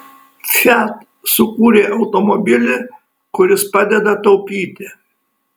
fiat sukūrė automobilį kuris padeda taupyti